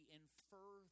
infer